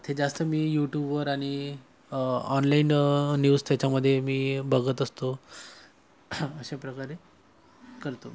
इथे जास्त मी यूट्यूबवर आणि ऑनलाईन न्यूज त्याच्यामध्ये मी बघत असतो अशा प्रकारे करतो